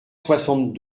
soixante